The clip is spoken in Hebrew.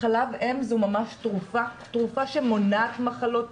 חלב אם זו ממש תרופה, תרופה שמונעת מחלות,